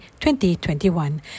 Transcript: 2021